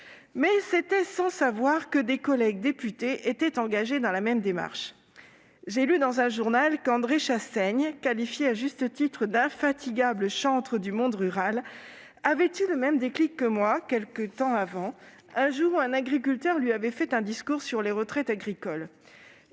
loi. C'était sans savoir que des collègues députés étaient engagés dans la même démarche. J'ai lu dans un journal qu'André Chassaigne, qualifié à juste titre d'« infatigable chantre du monde rural », avait eu le même déclic que moi, quelque temps avant, un jour où un agriculteur lui avait fait un discours sur les retraites agricoles.